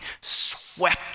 swept